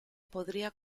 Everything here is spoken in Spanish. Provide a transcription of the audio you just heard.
podría